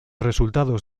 resultados